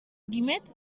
quimet